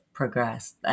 Progress